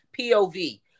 POV